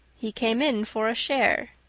he came in for a share,